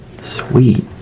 Sweet